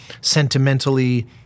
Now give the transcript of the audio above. sentimentally